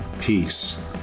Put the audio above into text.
Peace